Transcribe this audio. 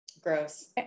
Gross